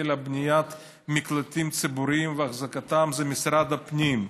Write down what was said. לבניית מקלטים ציבוריים ולאחזקתם זה משרד הפנים,